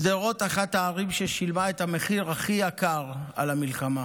שדרות היא אחת הערים ששילמו את המחיר הכי יקר במלחמה,